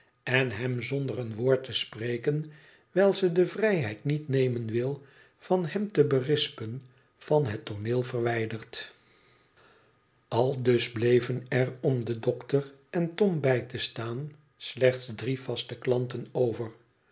en hem zonder een woord te spreken wijl ze de vrijheid niet nemen wil van hem te berispen van het tooneel bleven er om den dokter en tom bij te staan slechts drie vaste klanten over